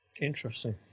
Interesting